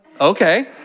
Okay